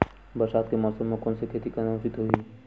बरसात के मौसम म कोन से खेती करना उचित होही?